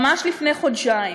ממש לפני חודשיים,